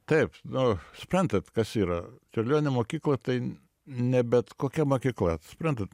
taip nu suprantat kas yra čiurlionio mokykla tai ne bet kokia mokykla suprantat